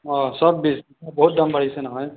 অ সব বিশ বহুত দাম বাঢ়িছে নহয়